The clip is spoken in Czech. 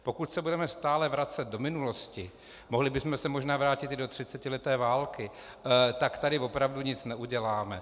Pokud se budeme stále vracet do minulosti, mohli bychom se možná vrátit i do třicetileté války, tak tady opravdu nic neuděláme.